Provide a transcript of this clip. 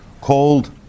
called